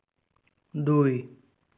দুই